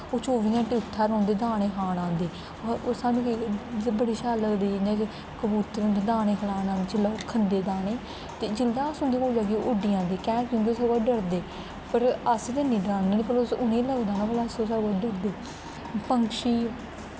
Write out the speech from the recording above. ओह् चौबी घैंटे उत्थें गै रौंह्दे दानें खान आंदे ओह् सानूं बड़े शैल लगदे जियां के कबूतर होंदे दानें खलान जेल्लै ओह् खंदे दाने ते जेल्लै अस उं'दे कोल जाह्गे ओह् उड्डी जंदे कैंह् क्योंकि साढ़े कोला दा डरदे पर अस ते निं डराने उ'नेंगी लगदा न भला ओह् साढ़े कोला डरदे पंक्षी